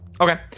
Okay